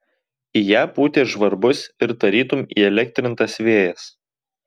į ją pūtė žvarbus ir tarytum įelektrintas vėjas